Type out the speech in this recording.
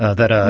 that are,